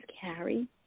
Carrie